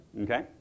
Okay